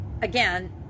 again